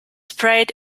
sprayed